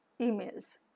emails